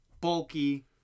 bulky